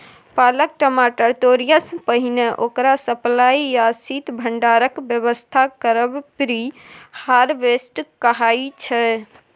पाकल टमाटर तोरयसँ पहिने ओकर सप्लाई या शीत भंडारणक बेबस्था करब प्री हारवेस्ट कहाइ छै